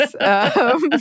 yes